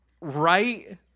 Right